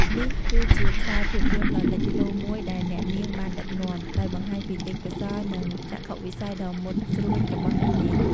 នេះគឺជាខ្សែភាពយន្តដ៏លេចធ្លោមួយដែលអ្នកនាងបានដឹកនាំ ដោយបង្ហាញពីទេពកោសល្យ និងចក្ខុវិស័យដ៏មុតស្រួចរបស់អ្នកនាង។